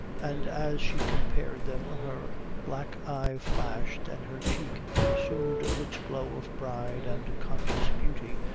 and as she compared them her black eye flashed, and her cheek assumed a rich glow of pride and conscious beauty,